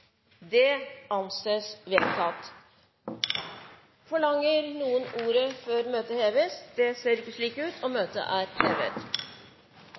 det anses vedtatt. Dermed er dagens kart ferdigbehandlet. Forlanger noen ordet før møtet heves? – Møtet er hevet.